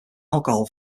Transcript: alcohol